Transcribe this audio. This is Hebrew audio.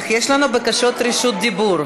אך יש לנו בקשות רשות דיבור,